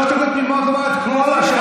מה אמרת כרגע?